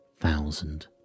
thousand